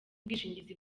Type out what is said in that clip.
ubwishingizi